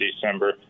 December